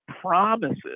promises